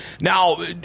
Now